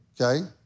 okay